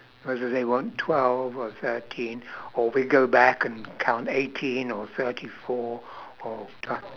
what do they want twelve or thirteen or we go back and count eighteen or thirty four or ta~